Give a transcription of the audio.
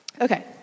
okay